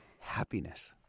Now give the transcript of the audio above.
happiness